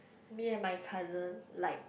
me and my cousin like